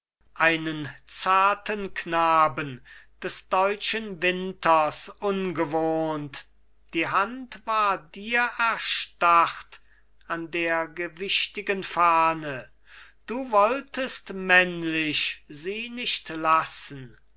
einen zarten knaben des deutschen winters ungewohnt die hand war dir erstarrt an der gewichtigen fahne du wolltest männlich sie nicht lassen